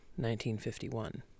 1951